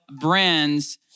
brands